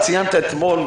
אתה ציינת אתמול,